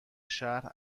شهر